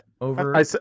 Over